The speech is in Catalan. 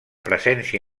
presència